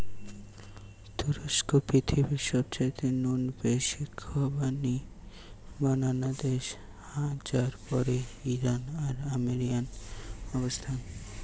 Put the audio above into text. তুরস্ক পৃথিবীর সবচাইতে নু বেশি খোবানি বানানা দেশ যার পরেই ইরান আর আর্মেনিয়ার অবস্থান